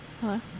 Hello